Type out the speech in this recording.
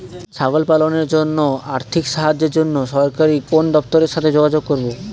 ছাগল পালনের জন্য আর্থিক সাহায্যের জন্য সরকারি কোন দপ্তরের সাথে যোগাযোগ করব?